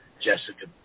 Jessica